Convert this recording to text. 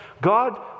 God